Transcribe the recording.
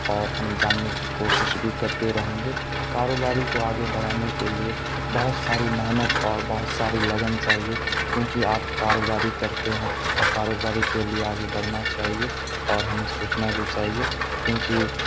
اور ہم جاننے کی کوشش بھی کرتے رہیں گے کاروباری کو آگے بڑھانے کے لیے بہت ساری محنت اور بہت ساری لگن چاہیے کیونکہ آپ کاروباری کرتے ہیں اور کاروباری کے لیے آگے بڑھنا چاہیے اور ہمیں سوچنا بھی چاہیے کیونکہ